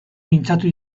mintzatu